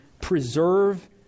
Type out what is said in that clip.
preserve